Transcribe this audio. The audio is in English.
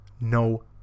no